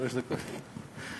3359 ו-3360.